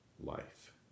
life